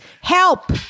Help